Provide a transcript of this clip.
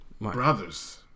brothers